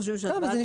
בסדר.